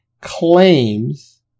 claims